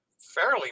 fairly